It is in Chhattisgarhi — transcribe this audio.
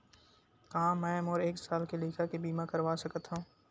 का मै मोर एक साल के लइका के बीमा करवा सकत हव?